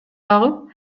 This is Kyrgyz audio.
агып